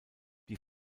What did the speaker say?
die